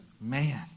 Man